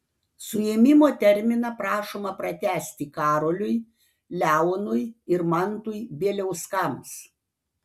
suėmimo terminą prašoma pratęsti karoliui leonui ir mantui bieliauskams